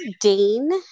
dane